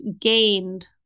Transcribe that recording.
gained